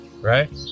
right